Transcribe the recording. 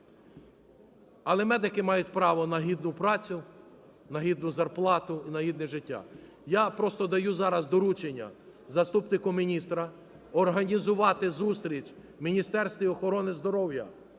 Але медики мають право на гідну працю, на гідну зарплату, на гідне життя. Я просто даю зараз доручення заступнику міністра організувати зустріч в Міністерстві охорони здоров'я